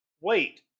wait